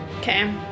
Okay